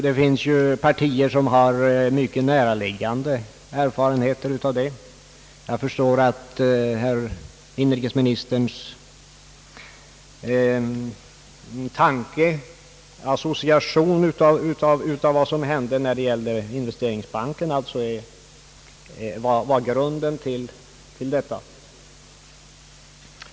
Det finns ju partier som har mycket näraliggande erfarenheter av det. Jag förstår att inrikesministerns association av vad som hände i fråga om investeringsbanken var grunden för detta.